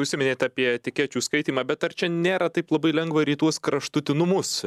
užsiminėt apie etikečių skaitymą bet ar čia nėra taip labai lengva ir į tuos kraštutinumus